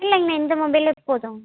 இல்லைங்கண்ணா இந்த மொபைலே போதும்